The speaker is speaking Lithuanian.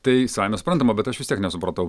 tai savaime suprantama bet aš vis tiek nesupratau